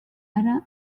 ara